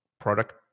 product